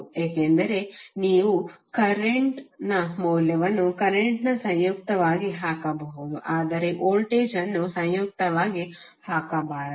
ಏಕೆಂದರೆ ನೀವು ಕರೆಂಟ್ ನ ಮೌಲ್ಯವನ್ನು ಕರೆಂಟ್ನ ಸಂಯುಕ್ತವಾಗಿ ಹಾಕಬಹುದು ಆದರೆ ವೋಲ್ಟೇಜ್ ಅನ್ನು ಸಂಯುಕ್ತವಾಗಿ ಹಾಕಬಾರದು